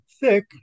Thick